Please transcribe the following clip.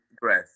breath